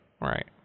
Right